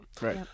right